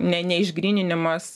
ne neišgryninimas